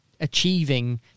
achieving